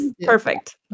perfect